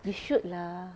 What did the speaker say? you should lah